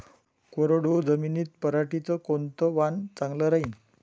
कोरडवाहू जमीनीत पऱ्हाटीचं कोनतं वान चांगलं रायीन?